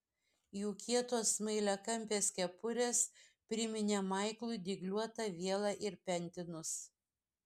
jų kietos smailiakampės kepurės priminė maiklui dygliuotą vielą ir pentinus